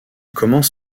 commence